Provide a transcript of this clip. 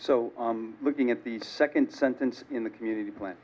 so looking at the second sentence in the community plan